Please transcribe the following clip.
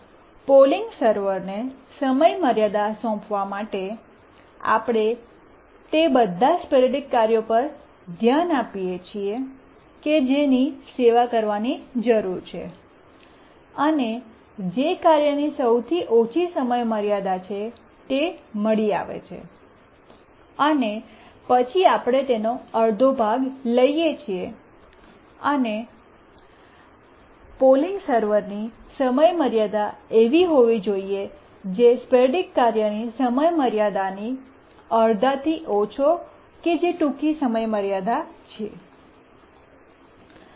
polling સર્વરને સમયમર્યાદા સોંપવા માટે આપણે તે બધા સ્પોરૈડિક કાર્યો પર ધ્યાન આપીએ છીએ કે જેની સેવા કરવાની જરૂર છે અને જે કાર્યની સૌથી ઓછી સમયમર્યાદા છે તે મળી આવે છે અને પછી આપણે તેનો અડધો ભાગ લઈએ છીએ અને પોલિંગ સર્વરની સમયમર્યાદા એવી હોવી જોઈએ જે સ્પોરૈડિક કાર્યની સમયમર્યાદાની અડધાથી ઓછો છે કે જે ટૂંકી સમયમર્યાદા છે